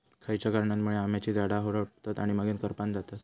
खयच्या कारणांमुळे आम्याची झाडा होरपळतत आणि मगेन करपान जातत?